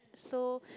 so